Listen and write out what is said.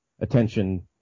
attention